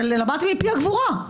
למדתי מפי הגבורה.